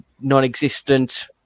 non-existent